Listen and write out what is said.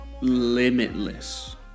limitless